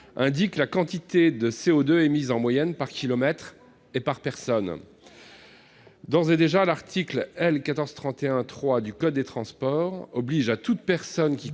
indiquer la quantité moyenne de CO2 émise par kilomètre et par personne. D'ores et déjà, l'article L. 1431-3 du code des transports oblige toute personne qui